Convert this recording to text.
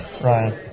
Ryan